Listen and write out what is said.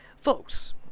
Folks